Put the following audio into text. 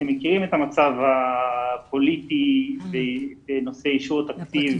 אתם מכירים את המצב הפוליטי בנושא אישור תקציב,